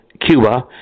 Cuba